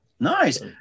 Nice